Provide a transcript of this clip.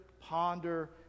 ponder